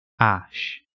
Ash